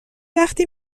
وقتی